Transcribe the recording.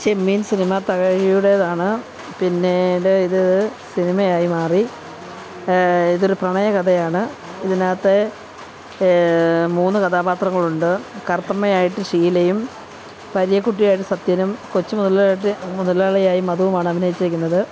ചെമ്മീൻ cinema തകഴിയുടേതാണ് പിന്നീട് ഇത് സിനിമയായി മാറി ഇതൊരു പ്രണയ കഥയാണ് ഇതിന് അകത്തെ മൂന്ന് കഥാപാത്രങ്ങളുണ്ട് കറത്തമ്മയായിട്ട് ഷീലയും പരീക്കുട്ടിയായിട്ട് സത്യനും കൊച്ചു മുതലാളി ആയിട്ട് മുതലാളിയായി മധുവാണ് അഭിനയിച്ചിരിക്കുന്നത്